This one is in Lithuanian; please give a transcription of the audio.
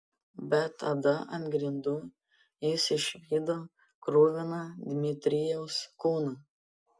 bet tada ant grindų jis išvydo kruviną dmitrijaus kūną